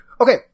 okay